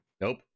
Nope